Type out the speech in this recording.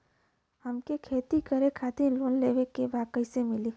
हमके खेती करे खातिर लोन लेवे के बा कइसे मिली?